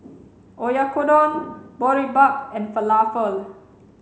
Oyakodon Boribap and Falafel